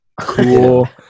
cool